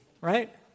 right